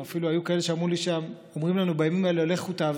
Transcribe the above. אפילו היו כאלו שאמרו לי שאומרים להם בימים האלה: לכו תעבדו.